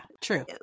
true